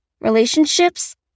relationships